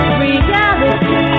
reality